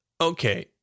Okay